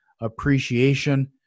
appreciation